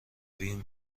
وین